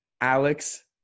Alex